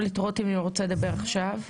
רותם, את רוצה לדבר עכשיו?